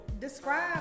Describe